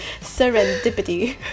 serendipity